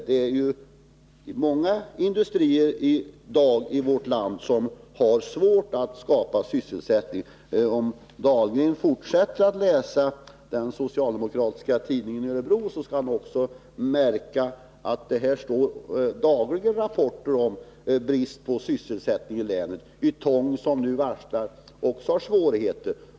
Det är många industrier i vårt land i dag som har svårt att skapa sysselsättning. Om jordbruksminister Dahlgren fortsätter att läsa den socialdemokratiska tidningen i Örebro skall han också märka att där dagligen finns rapporter om brist på sysselsättning i länet. Ytong varslar exempelvis om permitteringar och har svårigheter.